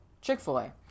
Chick-fil-A